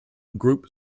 group